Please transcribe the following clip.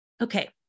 Okay